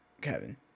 Kevin